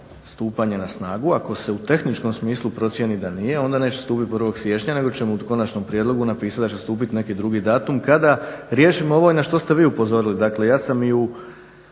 stupanje na snagu. Ako se u tehničkom smislu procijeni da nije onda neće stupiti 1. siječnja nego ćemo u konačnom prijedlogu napisati da će stupiti neki drugi datum kada riješimo ovo i na što ste vi upozorili. Dakle, ja sam i u